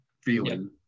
feeling